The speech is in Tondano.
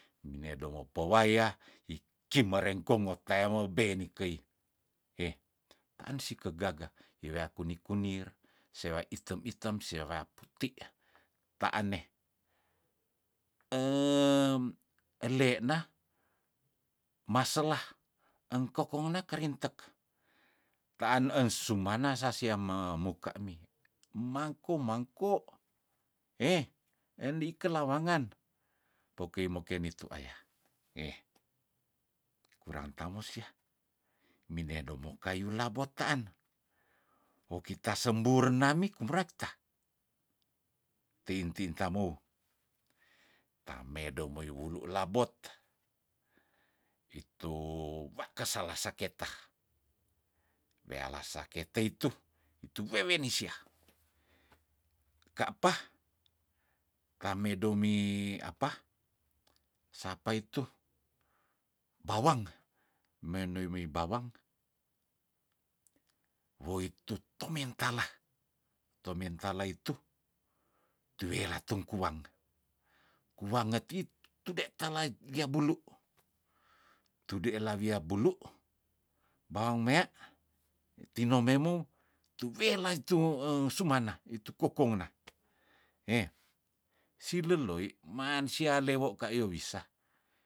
Mine domo powaya, ikimereng kongo teamo beni keih heh taan si kegagah iweaku niku nir sewa item- item sewa puti taan neh emm elena maselah engkokong na keringtek taan ensumana sasia me muka mi mangku- mangko heh endi kelawangan pokei moke nitu aya heh kurang tamo siah minedomo kayu labotaan wokita sembur namik murah kita tein tin tamou ta medo muyu wulu labot hitu wake sela saketa weala saketei tuh itu wewene siah ka pa tamedo mi apa sapa itu bawang menoimi bawang, woituh tomentalah, tomentalah itu tuwela tungkuang kuwangetiit tude talat lia bulu, tudela wia bulu bawang mea tinomemou tuwela itu eng sumana itu kokong na heh sileloi man sio lewo ka yowisa